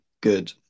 good